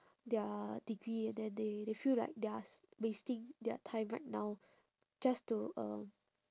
their degree and then they they feel like they are s~ wasting their time right now just to um